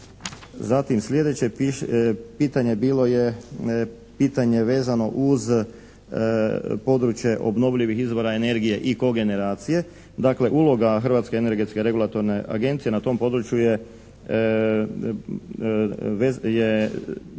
Zatim sljedeće pitanje bilo je pitanje vezano uz područje obnovljivih izvora energije i kogeneracije. Dakle uloga Hrvatske energetske regulatorne agencije na tom području je